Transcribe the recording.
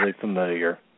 familiar